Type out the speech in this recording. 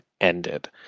ended